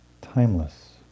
Timeless